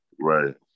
right